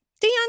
Dan